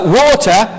water